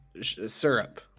syrup